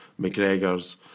McGregor's